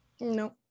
No